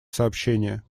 сообщения